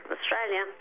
Australia